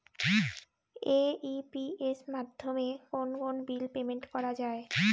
AEPS মাধ্যমে কোন কোন বিল পেমেন্ট করা যায়?